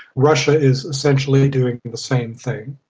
russia is essentially doing the same thing.